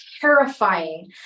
terrifying